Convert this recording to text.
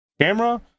camera